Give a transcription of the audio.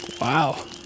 Wow